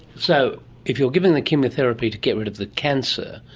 so if you're given the chemotherapy to get rid of the cancer,